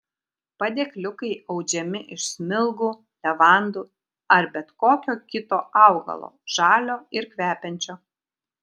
padėkliukai audžiami iš smilgų levandų ar bet kokio kito augalo žalio ir kvepiančio